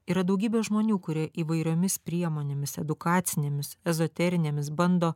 yra daugybė žmonių kurie įvairiomis priemonėmis edukacinėmis ezoterinėmis bando